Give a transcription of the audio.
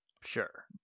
Sure